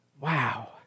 Wow